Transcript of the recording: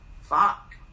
fuck